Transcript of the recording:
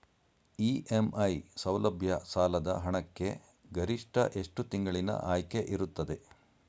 EMI ಸೌಲಭ್ಯ ಸಾಲದ ಹಣಕ್ಕೆ ಗರಿಷ್ಠ ಎಷ್ಟು ತಿಂಗಳಿನ ಆಯ್ಕೆ ಇರುತ್ತದೆ?